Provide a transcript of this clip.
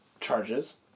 charges